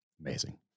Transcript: Amazing